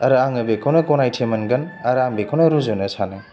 आरो आङो बेखौनो गनायथि मोनगोन आरो आं बेखौनो रुजुनो सानो